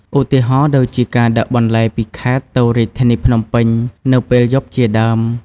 ឧទាហរណ៍ដូចជាការដឹកបន្លែពីខេត្តទៅរាជធានីភ្នំពេញនៅពេលយប់ជាដើម។